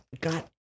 Got